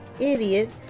idiot